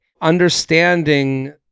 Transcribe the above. understanding